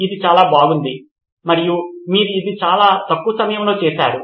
ఇది చాలా బాగుంది మరియు మీరు ఇది చాలా తక్కువ సమయంలో చేసారు